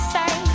say